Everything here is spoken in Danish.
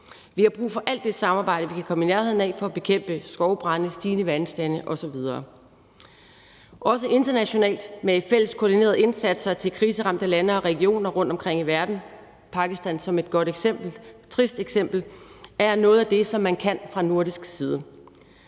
Vi har brug for alt det samarbejde, vi kan komme i nærheden af for at bekæmpe skovbrande, stigende vandstande osv. Også internationalt med fælles koordinerede indsatser til kriseramte lande og regioner rundtomkring i verden med Pakistan som et trist eksempel er noget af det, som man kan fra nordisk side.